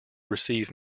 receive